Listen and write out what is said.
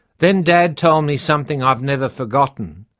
then dad told me something i've never forgotten.